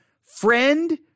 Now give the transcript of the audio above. friend